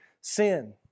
sin